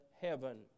heaven